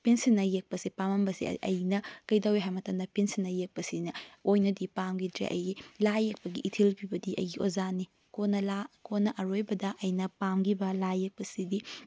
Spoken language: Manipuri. ꯄꯦꯟꯁꯤꯜꯅ ꯌꯦꯛꯄꯁꯦ ꯄꯥꯝꯂꯝꯕꯁꯦ ꯑꯩꯅ ꯀꯔꯤ ꯇꯧꯏ ꯍꯥꯏꯕ ꯃꯇꯝꯗ ꯄꯦꯟꯁꯤꯜꯅ ꯌꯦꯛꯄꯁꯤꯅ ꯑꯣꯏꯅꯗꯤ ꯄꯥꯝꯈꯤꯗ꯭ꯔꯦ ꯑꯩꯒꯤ ꯂꯥꯏ ꯌꯦꯛꯄꯒꯤ ꯏꯊꯤꯜ ꯄꯤꯕꯗꯤ ꯑꯩꯒꯤ ꯑꯣꯖꯥꯅꯤ ꯀꯣꯟꯅ ꯀꯣꯟꯅ ꯑꯔꯣꯏꯕꯗ ꯑꯩꯅ ꯄꯥꯝꯈꯤꯕ ꯂꯥꯏ ꯌꯦꯛꯄꯁꯤꯗꯤ